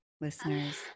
listeners